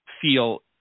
feel